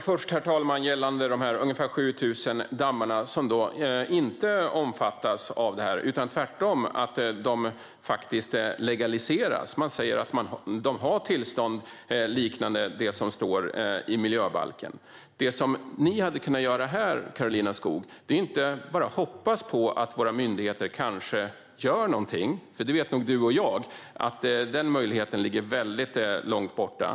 Herr talman! Först ska jag säga något gällande de 7 000 dammar som inte omfattas av detta utan tvärtom faktiskt legaliseras. Man säger att de har tillstånd liknande det som står i miljöbalken. Det ni hade kunnat göra är ju att inte bara hoppas på att våra myndigheter kanske gör någonting, Karolina Skog, för både du och jag vet nog att den möjligheten ligger väldigt långt borta.